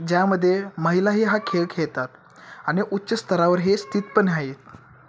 ज्यामध्ये महिलाही हा खेळ खेळतात आणि उच्च स्तरावर हे स्थित पण आहे